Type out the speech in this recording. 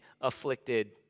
afflicted